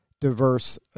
diverse